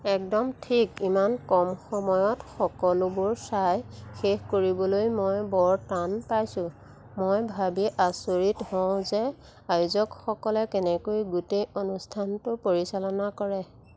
একদম ঠিক ইমান কম সময়ত সকলোবোৰ চাই শেষ কৰিবলৈ মই বৰ টান পাইছোঁ মই ভাবি আচৰিত হওঁ যে আয়োজকসকলে কেনেকৈ গোটেই অনুষ্ঠানটো পৰিচালনা কৰে